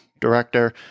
director